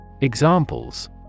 Examples